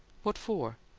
what for?